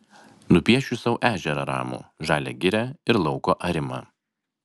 nupiešiu sau ežerą ramų žalią girią ir lauko arimą